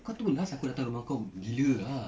kau tahu last aku datang rumah kau bila ah